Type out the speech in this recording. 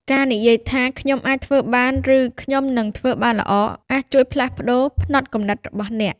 ការនិយាយថា "ខ្ញុំអាចធ្វើបាន" ឬ "ខ្ញុំនឹងធ្វើបានល្អ" អាចជួយផ្លាស់ប្តូរផ្នត់គំនិតរបស់អ្នក។